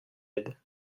aide